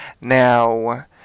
Now